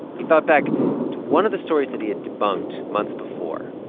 he thought back to one of the stories that he had debunked months before.